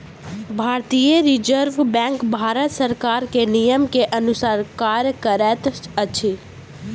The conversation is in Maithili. भारतीय रिज़र्व बैंक भारत सरकार के नियम के अनुसार कार्य करैत अछि